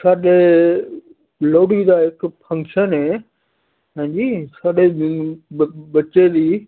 ਸਾਡੇ ਲੋਹੜੀ ਦਾ ਇੱਕ ਫੰਕਸ਼ਨ ਹੈ ਹਾਂਜੀ ਸਾਡੇ ਬੱਚੇ ਦੀ